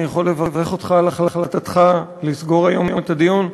אני יכול לברך אותך על החלטתך לסגור היום את הדיון.